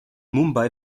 mumbai